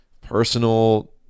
personal